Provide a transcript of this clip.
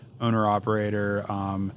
owner-operator